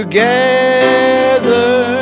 Together